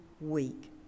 week